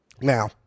Now